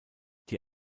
die